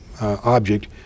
object